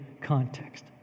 context